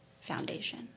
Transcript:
foundation